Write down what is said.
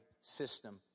system